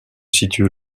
situe